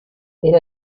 era